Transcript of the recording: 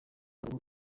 ubu